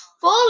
Four